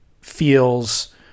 feels